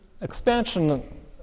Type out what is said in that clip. expansion